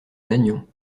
lannion